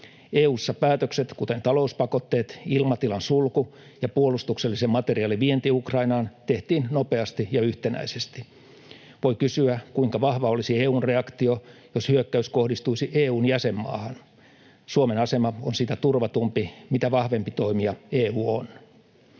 EU:ssa päätökset, kuten talouspakotteet, ilmatilan sulku ja puolustuksellisen materiaalin vienti Ukrainaan, tehtiin nopeasti ja yhtenäisesti. Voi kysyä, kuinka vahva olisi EU:n reaktio, jos hyökkäys kohdistuisi EU:n jäsenmaahan. Suomen asema on sitä turvatumpi, mitä vahvempi toimija EU on.